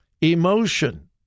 emotion